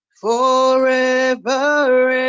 forever